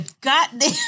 goddamn